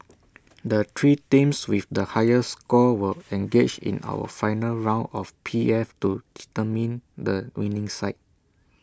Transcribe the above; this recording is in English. the three teams with the highest scores will engage in our final round of P F to determine the winning side